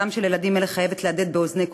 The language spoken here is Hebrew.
זעקתם של הילדים האלה חייבת להדהד באוזני כולנו.